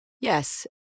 Yes